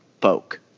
folk